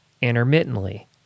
intermittently